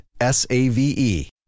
S-A-V-E